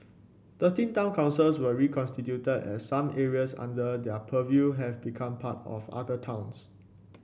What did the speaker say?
thirteen town councils were reconstituted as some areas under their purview have become part of other towns